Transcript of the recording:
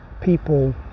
people